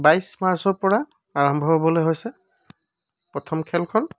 বাইছ মাৰ্ছৰ পৰা আৰম্ভ হ'বলৈ হৈছে প্ৰথম খেলখন